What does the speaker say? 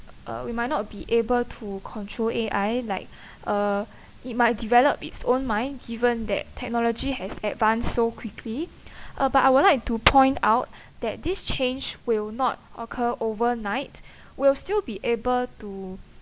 uh we might not be able to control A_I like uh it might develop its own mind given that technology has advanced so quickly uh but I would like to point out that this change will not occur overnight we'll still be able to